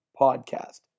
podcast